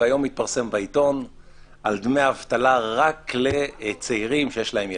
והיום התפרסם בעיתון על דמי אבטלה רק לצעירים שיש להם ילדים.